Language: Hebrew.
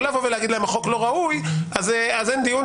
לא לבוא ולהגיד להם: החוק לא ראוי, אז אין דיון.